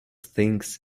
things